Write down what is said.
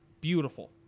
Beautiful